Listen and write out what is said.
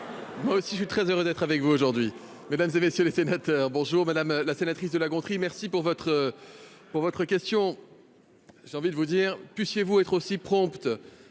Moi aussi je suis très heureux d'être avec vous aujourd'hui, mesdames et messieurs les sénateurs, bonjour madame la sénatrice de La Gontrie, merci pour votre pour votre question, j'ai envie de vous dire puissiez-vous être aussi prompt à